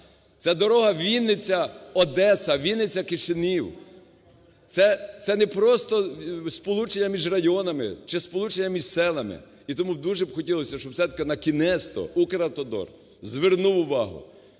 це дорога Вінниця – Одеса, Вінниця – Кишинів, – це не просто сполучення між районами чи сполучення між селами. І тому дуже хотілося б, щоб все-такинакінець-то "Укравтодор" звернув увагу